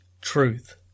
truth